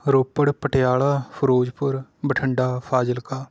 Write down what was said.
Ropar Patiala Firozpur Bathinda Fazilka